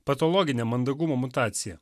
patologinė mandagumo mutacija